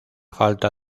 falta